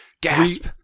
Gasp